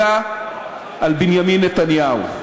אלא על בנימין נתניהו.